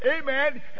amen